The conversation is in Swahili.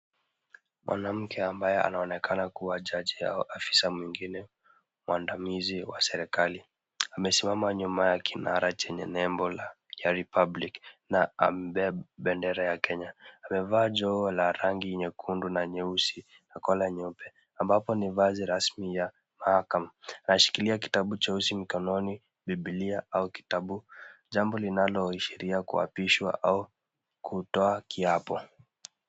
Mwanamke ambayo anaonekana kuwa daraja yao afisa mwingine, mwandamizi wa serikali, amesimama nyuma ya kinara chenye nembo ya Republic na amebeba bendera ya Kenya. Tumevaa joho la rangi nyekundu na nyeusi na collar nyepesi ambapo ni vazi rasmi ya mahakama. Anashikilia kitabu cheusi mkononi Bibilia au Kitabu jambo linaloashiria kuapishwa au kutoa kiapo.